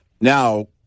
now